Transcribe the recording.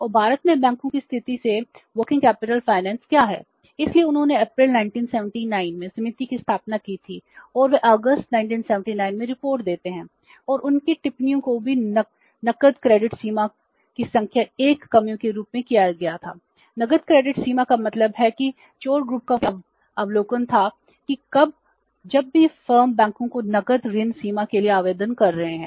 और भारत में बैंकों की स्थिति से कार्यशील पूंजी वित्त का मुख्य अवलोकन था कि जब भी फर्म बैंकों को नकद ऋण सीमा के लिए आवेदन कर रहे हैं